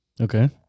Okay